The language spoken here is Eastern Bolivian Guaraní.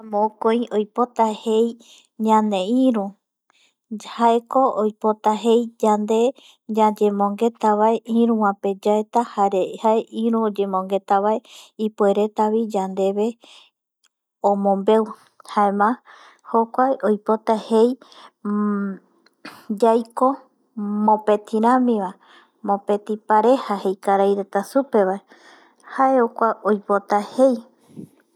Mokoi oipota jei ñaneiru jaeko oipota jei yande yayembogueta vae iru vae pe yaeta jare jae iru vae oyembogueta va ipuereta jae omombeu yandeve jokua oipota yaiko mbopeti rami vae mbopeti pareja jei karai reta supe va jae jokua oipota jei